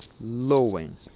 lowing